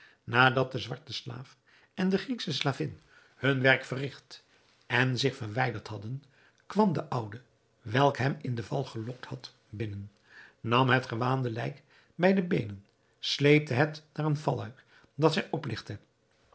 nadat de zwarte slaaf en de grieksche slavin hun werk verrigt en zich verwijderd hadden kwam de oude welk hem in den val gelokt had binnen nam het gewaande lijk bij de beenen sleepte het naar een valluik dat zij opligtte